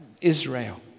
israel